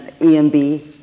EMB